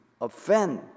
offend